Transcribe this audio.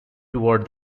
toward